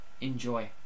enjoy